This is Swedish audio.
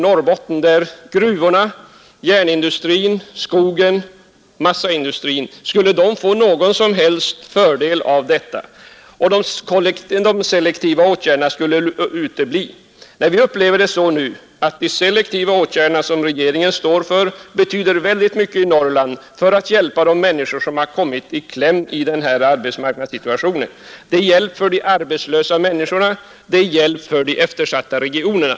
Skulle gruvorna, järnindustrin, skogen och massaindustrin i Norrbotten få någon som helst fördel av detta och de selektiva åtgärderna kunna undvaras? Vi upplever det så att de selektiva åtgärder som regeringen står för betyder oerhört mycket i Norrland för att hjälpa de människor som har kommit i kläm i rådande arbetsmarknadssituation. Dessa åtgärder är en hjälp för de arbetslösa människorna och för de eftersatta regionerna.